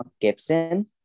Gibson